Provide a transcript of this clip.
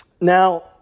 Now